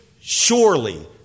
surely